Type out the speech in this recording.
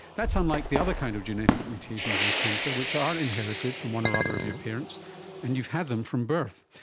that's unlike the other kind of genetic mutations in cancer which are inherited from one or other of your parents and you've had them from birth.